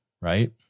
right